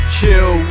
Chill